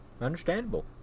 Understandable